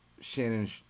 Shannon